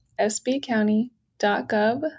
sbcounty.gov